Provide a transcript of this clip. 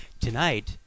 Tonight